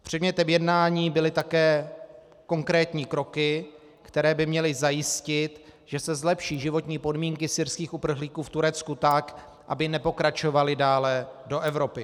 Předmětem jednání byly také konkrétní kroky, které by měly zajistit, že se zlepší životní podmínky syrských uprchlíků v Turecku tak, aby nepokračovali dále do Evropy.